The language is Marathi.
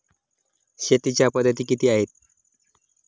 शेतीच्या पद्धती किती आहेत?